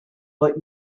but